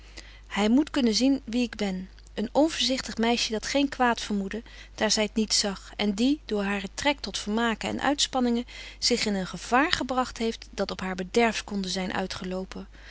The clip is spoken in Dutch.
hy moet kunnen zien wie ik ben een onvoorzichtig meisje dat geen kwaad vermoedde daar zy t niet zag en die door haren trek tot vermaken en uitspanningen zich in een gevaar gebragt heeft dat op haar bederf konde zyn uitgelopen